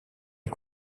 est